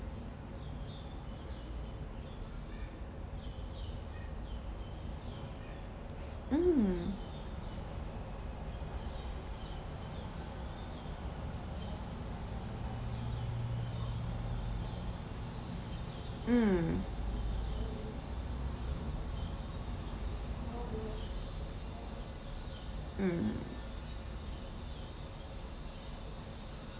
mm mm mm